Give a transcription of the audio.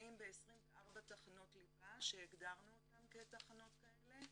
שנמצאים ב-24 תחנות ליבה שהגדרנו אותן כתחנות כאלה,